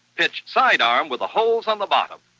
pitch sidearm with the holes on the bottom.